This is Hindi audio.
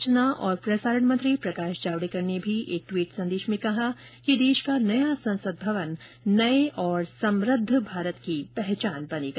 सूचना और प्रसारण मंत्री प्रकाश जावडेकर ने भी एक ट्वीट संदेश में कहा कि देश का नया संसद भवन नए और समृद्ध भारत की पहचान बनेगा